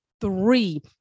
three